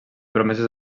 promeses